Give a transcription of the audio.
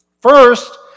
First